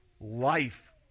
life